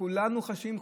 כולנו חשים,